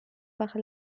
par